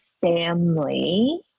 family